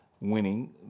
winning